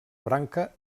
branca